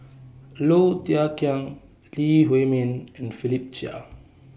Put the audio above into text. Low Thia Khiang Lee Huei Min and Philip Chia